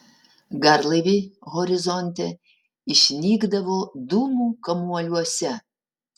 garlaiviai horizonte išnykdavo dūmų kamuoliuose